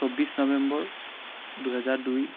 চৌব্বিছ নৱেম্বৰ দুহেজাৰ দুই